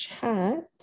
chat